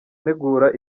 ntegura